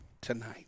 tonight